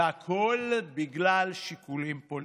והכול בגלל שיקולים פוליטיים.